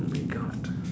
oh my god